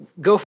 go